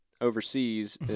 overseas